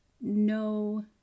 no